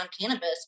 cannabis